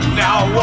now